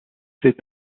cet